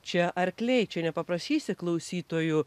čia arkliai čia nepaprašysi klausytojų